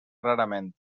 rarament